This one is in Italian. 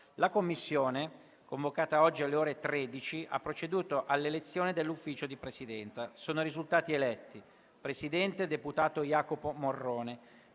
La Commissione, convocata oggi alle ore 13, ha proceduto all'elezione dell'Ufficio di Presidenza. Sono risultati eletti: Presidente: deputato Jacopo Morrone;